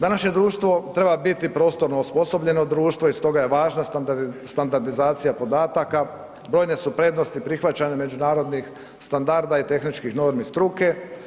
Današnje društvo treba biti prostorno osposobljeno društvo i stoga je važna standardizacija podataka, brojne su prednosti prihvaćanja međunarodnih standarda i tehničkih normi struke.